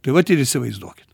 tai vat ir įsivaizduokit